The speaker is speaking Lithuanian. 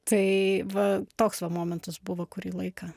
tai va toks va momentas buvo kurį laiką